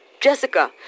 Jessica